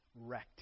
wrecked